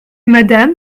madame